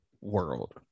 world